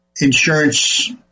insurance